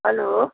hello